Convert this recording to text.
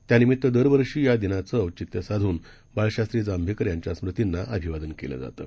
त्यानिमित्तदरवर्षीयादिनाचंऔचित्यसाधूनबाळशास्त्रीजांभेकरयांच्यास्मृतींनाअभिवादनकेलंजातं